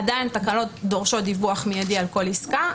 עדיין התקנות דורשות דיווח מידי על כל עסקה.